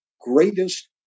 greatest